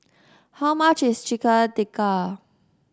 how much is Chicken Tikka